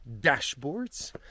dashboards